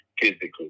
physically